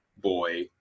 boy